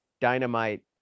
dynamite